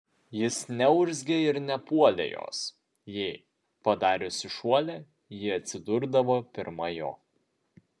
jis neurzgė ir nepuolė jos jei padariusi šuolį ji atsidurdavo pirma jo